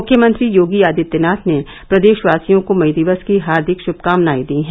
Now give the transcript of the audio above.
मुख्यमंत्री योगी आदित्यनाथ ने प्रदेशवासियों को मई दिवस की हार्दिक शुभकामनायें दी हैं